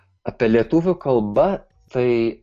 apie lietuvių kalba tai